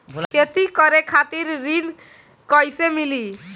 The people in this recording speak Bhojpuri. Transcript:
खेती करे खातिर ऋण कइसे मिली?